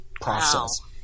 Process